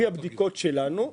לפי הבדיקות שלנו,